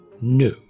No